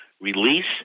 release